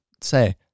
say